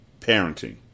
parenting